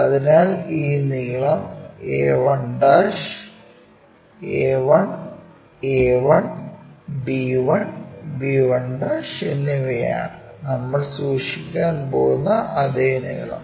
അതിനാൽ ഈ നീളം a1 a 1 a 1 b 1 b 1 എന്നിവയാണ് നമ്മൾ സൂക്ഷിക്കാൻ പോകുന്ന അതേ നീളം